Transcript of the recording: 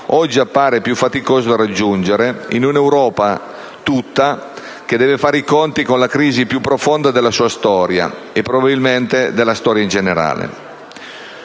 oggi appare più faticoso da raggiungere in una Europa, tutta, che deve fare i conti con la crisi più profonda della sua storia, e probabilmente della storia in generale.